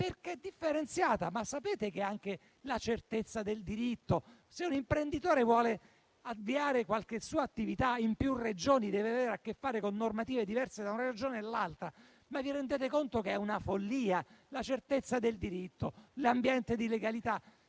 differenziata, ma sapete che vi è anche la certezza del diritto e se un imprenditore vuole avviare qualche attività in più Regioni, deve avere a che fare con normative diverse da una Regione all'altra? Vi rendete conto che è una follia? Parliamo della certezza del diritto, di ambiente di legalità: